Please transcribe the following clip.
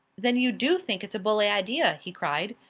then you do think it's a bully idea, he cried.